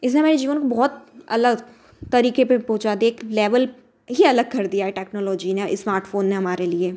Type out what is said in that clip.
इसने हमारा जीवन बहुत अलग तरीके पर पहुँचा दिया लेवल पर ही अलग कर दिया है टेक्नोलॉजी ने स्मार्टफोन ने हमारे लिए